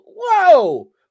whoa